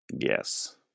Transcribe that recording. Yes